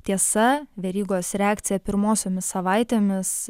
tiesa verygos reakcija pirmosiomis savaitėmis